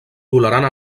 tolerant